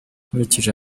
nkurikije